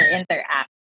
interact